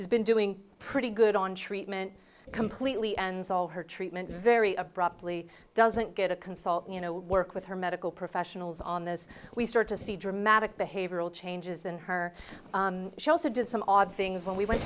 doing pretty good on treatment completely ends all her treatment very abruptly doesn't get a consult you know work with her medical professionals on this we start to see dramatic behavioral changes in her she also did some odd things when we went